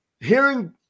Hearing –